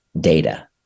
data